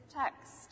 text